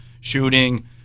shooting